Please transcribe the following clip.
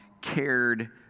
cared